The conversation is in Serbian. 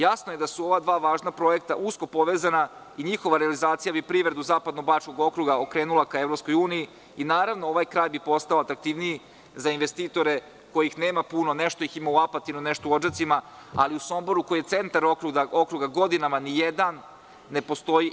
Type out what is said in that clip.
Jasno je da su ova dva važna projekta usko povezana i njihova realizacija bi privredu zapadno Bačkog okruga okrenula ka Evropskoj Uniji i ovaj kraj bi postao atraktivniji za investitore kojih nema puno, nešto ih ima u Apatinu, nešto u Odžacima, ali u Somboru koji je centar okruga godinama nijedan ne postoji.